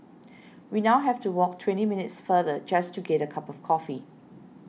we now have to walk twenty minutes farther just to get a cup of coffee